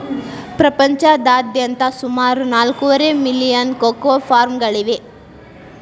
ಪ್ರಪಂಚದಾದ್ಯಂತ ಸುಮಾರು ನಾಲ್ಕೂವರೆ ಮಿಲಿಯನ್ ಕೋಕೋ ಫಾರ್ಮ್ಗಳಿವೆ